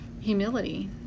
humility